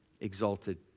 exalted